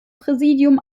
präsidium